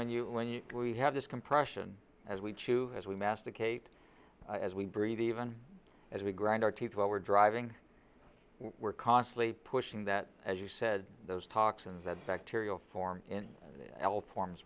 when you when you we have this compression as we chew as we masticate as we breathe even as we grind our teeth while we're driving we're constantly pushing that as you said those toxins that bacterial form in health forms